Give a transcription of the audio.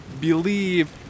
believe